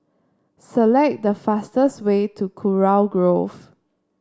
select the fastest way to Kurau Grove